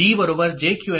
Qn' K'